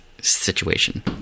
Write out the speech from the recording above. situation